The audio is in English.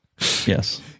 Yes